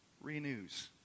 renews